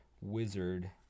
wizard